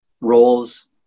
roles